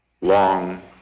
long